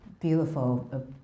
beautiful